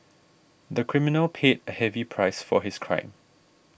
the criminal paid a heavy price for his crime